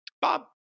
Bob